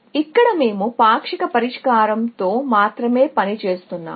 ఇక్కడ మేము పాక్షిక పరిష్కారంతో మాత్రమే పని చేస్తున్నాము